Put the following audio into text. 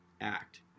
act